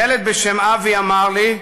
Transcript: ילד בשם אבי אמר לי: